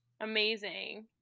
Amazing